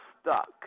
stuck